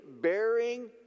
bearing